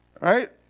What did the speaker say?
Right